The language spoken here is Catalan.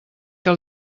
que